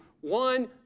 one